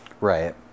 right